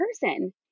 person